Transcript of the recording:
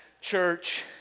church